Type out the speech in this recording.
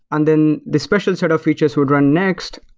and then the special sort of features would run next.